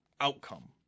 outcome